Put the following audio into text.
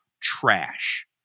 trash